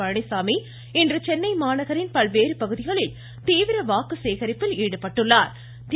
பழனிச்சாமி இன்று சென்னை மாநகரின் பல்வேறு பகுதிகளில் தீவிர வாக்கு சேகரிப்பில் ஈடுபட்டுள்ளார்